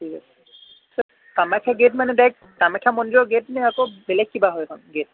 ঠিক আছে কামাখ্যা গেট মানে ডাইৰেক্ট কামাখ্যা মন্দিৰৰ গেটনে আকৌ বেলেগ কিবা হয় এইখন গেট